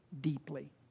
deeply